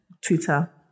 Twitter